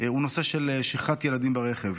הוא נושא של שכחת ילדים ברכב.